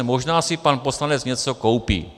Možná si pan poslanec něco koupí.